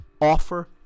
offer